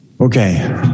Okay